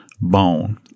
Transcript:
bone